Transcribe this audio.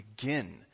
begin